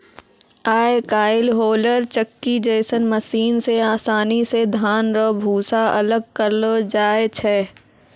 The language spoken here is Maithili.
आय काइल होलर चक्की जैसन मशीन से आसानी से धान रो भूसा अलग करलो जाय छै